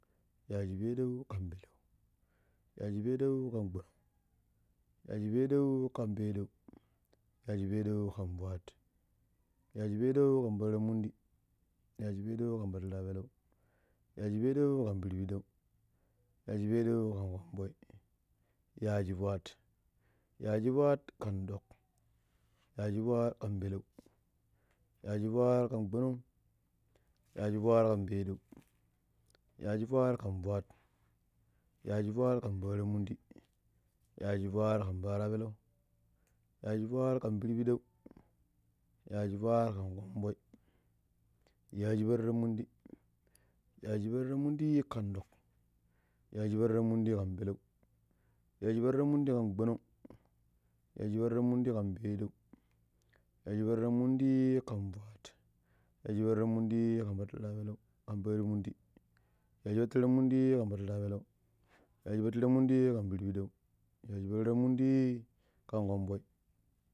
﻿Yajipeɗeu kan peleu, yajipeɗeu kan gbonong, yajipeɗeu kan pedɗeu, yajipeɗeu kan fwat, yajipeɗeu kan patiranmundi, yajipeɗeu kan patirapeleu, yajipeɗeu kan pirpiɗeu, yajipeɗeu kan konvoi, yagufwat, kan ɗoƙ yagufwat kan peleu yagufwat kan gbonong yagufwat kan pedɗeu yagufwat kan fwat, yagufwat kan patiranmundi, yagufwat kan patirapeleu, yagufwat kan pirpiɗeu, yagufwat ka konvoi, yagipatramundi kan ɗoƙ, yagipatramundi kan peleu, yagipatramundi kan gbonong, yagipatramundi kan pedɗeu, yagipatramundi kan fwat, yagipatramundi kan patirapelau yagipatramundi kan patiranmundi yagipatramundi kan patirapeleu yagipatramundi kan pirpiɗeu yagipatramundi ka konvoi